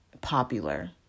popular